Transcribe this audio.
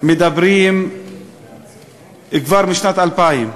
מדברים כבר משנת 2000,